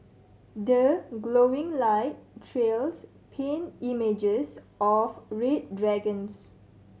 the glowing light trails paint images of red dragons